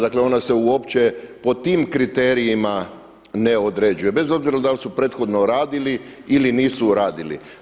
Dakle, ona se uopće po tim kriterijima ne određuje bez obzira da li su prethodno radili ili nisu radili.